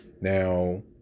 Now